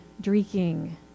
drinking